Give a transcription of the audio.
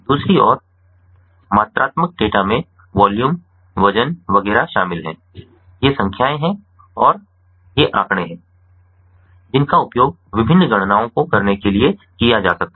दूसरी ओर मात्रात्मक डेटा में वॉल्यूम वजन वगैरह शामिल हैं ये संख्याएं हैं ये आंकड़े हैं जिनका उपयोग विभिन्न गणनाओं को करने के लिए किया जा सकता है